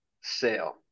sale